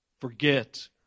forget